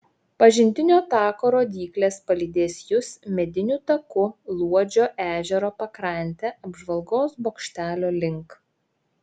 pažintinio tako rodyklės palydės jus mediniu taku luodžio ežero pakrante apžvalgos bokštelio link